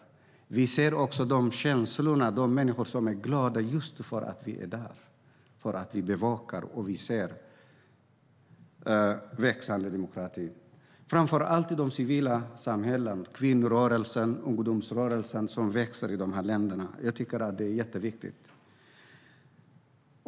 Men vi ser också människor som är glada just för att vi är där och bevakar. Och vi ser en växande demokrati, framför allt i de civila samhällena, i kvinnorörelsen och ungdomsrörelsen i de här länderna. Jag tycker att det är jätteviktigt.